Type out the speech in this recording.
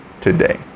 today